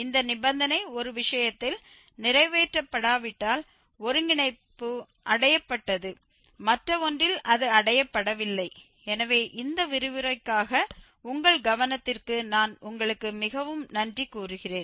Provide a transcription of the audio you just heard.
இந்த நிபந்தனை ஒரு விஷயத்தில் நிறைவேற்றப்படாவிட்டால் ஒருங்கிணைப்பு அடையப்பட்டது மற்ற ஒன்றில் அது அடையப்படவில்லை எனவே இந்த விரிவுரைக்காக உங்கள் கவனத்திற்கு நான் உங்களுக்கு மிகவும் நன்றி கூறுகிறேன்